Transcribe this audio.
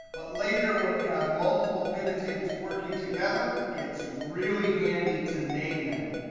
but later when we have multiple pivottables working together, it's really handy to name them.